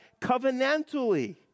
covenantally